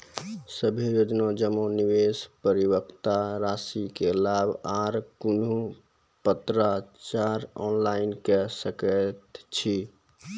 सभे योजना जमा, निवेश, परिपक्वता रासि के लाभ आर कुनू पत्राचार ऑनलाइन के सकैत छी?